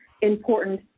important